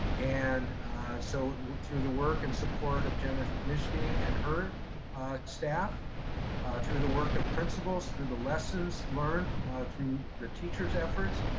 and so through the work and support of jenith mishne and her staff through the work of principals, through the lessons learned ah through the teachers' efforts,